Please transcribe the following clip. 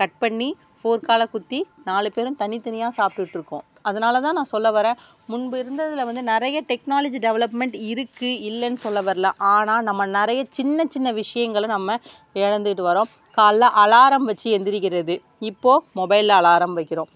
cut பண்ணி ஃபோர்க்கால் குத்தி நாலு பேரும் தனித்தனியாக சாப்பிட்டுட்டுருக்கோம் அதனால்தான் நான் சொல்ல வரேன் முன்பு இருந்ததில் வந்து நிறைய டெக்னாலஜி டெவலப்மெண்ட் இருக்குது இல்லைனு சொல்ல வரல ஆனால் நம்ம நிறைய சின்னச் சின்ன விஷயங்களை நம்ம இழந்துட்டு வரோம் காலைல அலாரம் வச்சு எழுந்திரிக்குறது இப்போது மொபைலில் அலாரம் வைக்கிறோம்